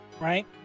right